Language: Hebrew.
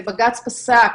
ובג"ץ פסק